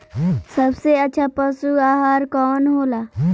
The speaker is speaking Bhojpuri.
सबसे अच्छा पशु आहार कवन हो ला?